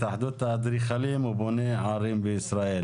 התאחדות האדריכלים ובוני ערים בישראל.